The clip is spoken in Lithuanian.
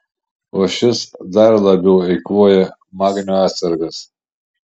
o šis dar labiau eikvoja magnio atsargas